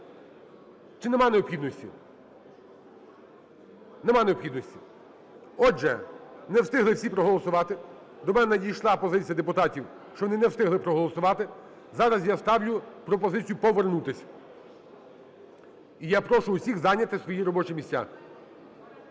Чи нема необхідності? Нема необхідності. Отже, не встигли всі проголосувати. До мене надійшла позиція депутатів, що вони не встигли проголосувати. Зараз я ставлю пропозицію повернутися. І я прошу усіх зайняти свої робочі місця.